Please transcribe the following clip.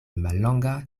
mallonga